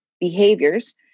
behaviors